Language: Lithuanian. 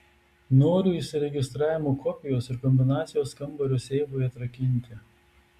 noriu įsiregistravimo kopijos ir kombinacijos kambario seifui atrakinti